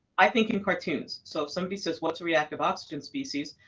i think in cartoons, so if somebody says what's a reactive oxygen species,